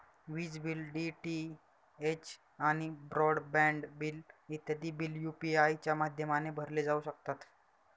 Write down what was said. विज bill, DTH आणि broadband bill इत्यादी बिल यू.पी.आय च्या माध्यमाने भरले जाऊ शकतात